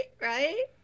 Right